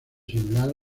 similar